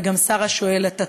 וגם שרה שואלת,